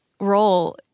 role